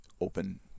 Open